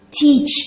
teach